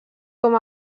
com